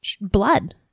blood